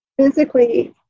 physically